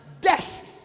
Death